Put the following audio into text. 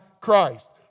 Christ